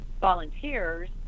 volunteers